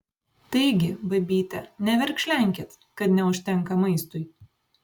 taigi babyte neverkšlenkit kad neužtenka maistui